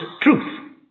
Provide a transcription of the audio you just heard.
truth